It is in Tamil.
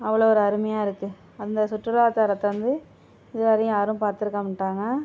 அவ்வளோ ஒரு அருமையாகருக்கு அந்த சுற்றுலாத்தளத்தை வந்து இது வரையும் யாரும் பார்த்துருக்க மாட்டாங்க